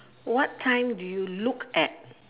what time do you look at